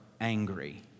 angry